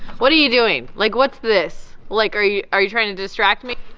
what are you doing? like what's this? like are you are you trying to distract me?